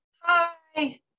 Hi